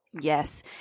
Yes